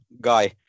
guy